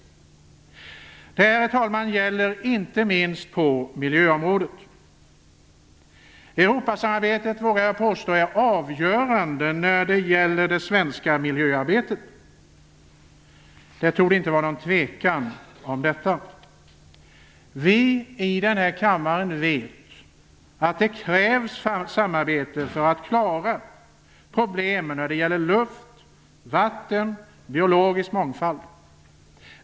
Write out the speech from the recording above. Det här, herr talman, gäller inte minst på miljöområdet. Europasamarbetet, vågar jag påstå, är avgörande när det gäller det svenska miljöarbetet. Det torde inte vara någon tvekan om detta. Vi i denna kammare vet att det krävs samarbete för att klara problemen när det gäller luft, vatten och geologisk mångfald.